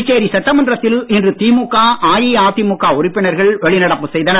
புதுச்சேரி சட்டமன்றத்தில் இன்று திமுக அஇஅதிமுக உறுப்பினர்கள் வெளிநடப்பு செய்தனர்